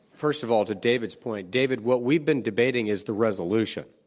first of all, to david's point, david, what we've been debating is the resolution.